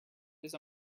his